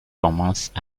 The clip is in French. commencent